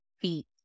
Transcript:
feet